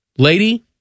lady